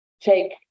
take